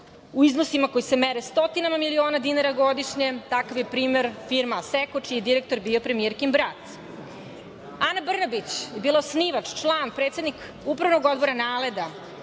u iznosima koji se mere stotinama miliona dinara godišnje. Takav primer je firma „Aseko“, čiji je direktor bio premijerki brat. Ana Brnabić je bila osnivač, član, predsednik Upravnog odbora NALED-a